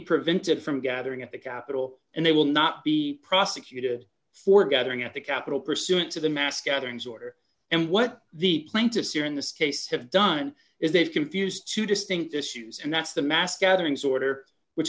prevented from gathering at the capitol and they will not be prosecuted for gathering at the capitol pursuant to the mass gatherings order and what the plaintiffs here in this case have done is they've confused two distinct issues and that's the mass gatherings order which